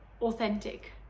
authentic